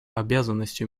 обязанностью